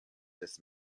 this